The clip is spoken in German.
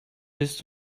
willst